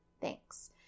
Thanks